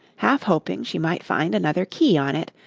half hoping she might find another key on it,